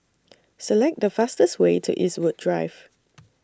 Select The fastest Way to Eastwood Drive